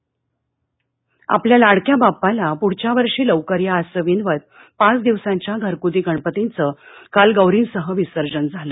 गणेश विसर्जन आपल्या लाडक्या बाप्पाला पुढच्या वर्षी लवकर या असं विनवत पाच दिवसांच्या घरगुती गणपतींचं काल गौरींसह विसर्जन झालं